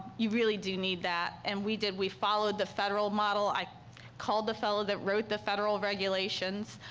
you really do need that and we did. we followed the federal model. i called the fellow that wrote the federal regulations,